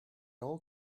all